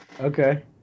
Okay